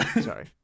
Sorry